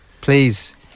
please